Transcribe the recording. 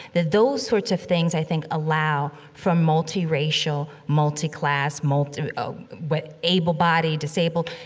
that those sorts of things, i think, allow for multiracial, multiclass, multi what able bodied, disabled,